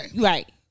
right